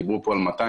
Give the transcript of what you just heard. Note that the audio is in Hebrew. דיברו פה על 200